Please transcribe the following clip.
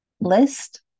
list